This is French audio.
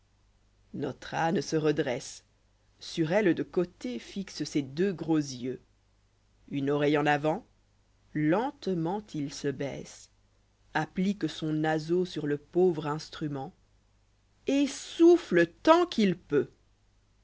notre âne se redresse sur elle de côté fixe ses deux gros yeux une oreille en avant lentement il se baisse applique son naseau sur le pauvre instrument et souffle tant qu'il peut